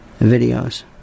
videos